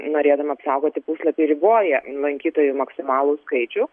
norėdama apsaugoti puslapį riboja lankytojų maksimalų skaičių